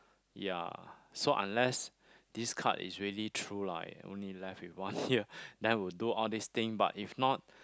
ya so unless this card is really true lah I only left with one year then I would do all these thing but if not